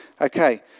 Okay